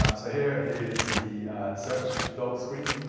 um so here is the search results screen.